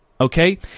okay